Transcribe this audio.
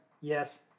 Yes